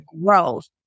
growth